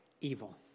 evil